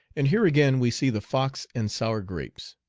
and here again we see the fox and sour grapes.